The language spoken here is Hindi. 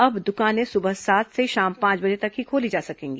अब दुकानें सुबह सात से शाम पांच बजे तक ही खोली जा सकेंगी